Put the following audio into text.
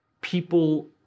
people